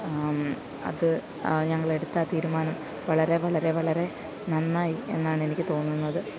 അത് ഞങ്ങൾ എടുത്താൽ തീരുമാനം വളരെ വളരെ വളരെ നന്നായി എന്നാണ് എനിക്ക് തോന്നുന്നത്